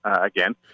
again